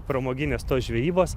pramoginės tos žvejybos